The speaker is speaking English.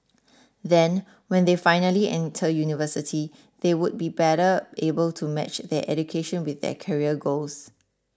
then when they finally enter university they would be better able to match their education with their career goals